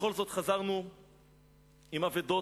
בכל זאת חזרנו עם אבדות,